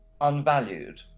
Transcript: unvalued